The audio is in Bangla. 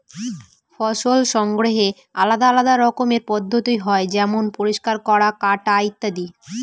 ফসল সংগ্রহের আলাদা আলদা রকমের পদ্ধতি হয় যেমন পরিষ্কার করা, কাটা ইত্যাদি